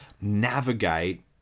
navigate